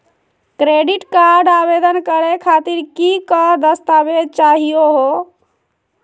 Credit card आवेदन करे खातीर कि क दस्तावेज चाहीयो हो?